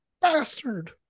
Bastard